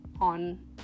on